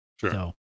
Sure